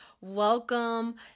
welcome